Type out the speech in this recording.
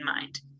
mind